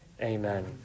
amen